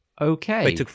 Okay